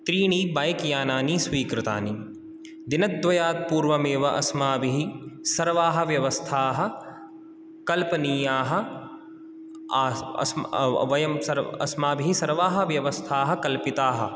त्रीणि बैकयानानि स्वीकृतानि दिनद्वयात्पूर्वमेव अस्माभिः सर्वाः व्यवस्थाः कल्पनीयाः वयम् अस्माभिः सर्वाः व्यवस्थाः कल्पिताः